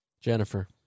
Jennifer